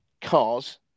cars